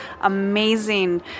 amazing